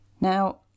Now